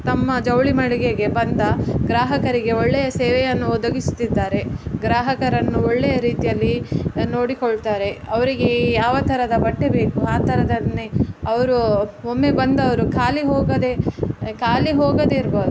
ತಮ್ಮ ಜವಳಿ ಮಳಿಗೆಗೆ ಬಂದ ಗ್ರಾಹಕರಿಗೆ ಒಳ್ಳೆಯ ಸೇವೆಯನ್ನು ಒದಗಿಸ್ತಿದ್ದಾರೆ ಗ್ರಾಹಕರನ್ನು ಒಳ್ಳೆಯ ರೀತಿಯಲ್ಲಿ ನೋಡಿಕೊಳ್ತಾರೆ ಅವರಿಗೆ ಯಾವ ಥರದ ಬಟ್ಟೆ ಬೇಕು ಆ ಥರದನ್ನೇ ಅವರು ಒಮ್ಮೆ ಬಂದವರು ಖಾಲಿ ಹೋಗದೆ ಖಾಲಿ ಹೋಗದೆ ಇರ್ಬೊದು